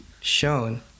Shown